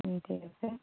ঠিক আছে